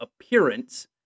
appearance